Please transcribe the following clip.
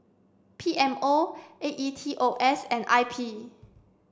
P M O A E T O S and I P